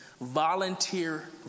volunteer